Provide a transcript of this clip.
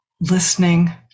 listening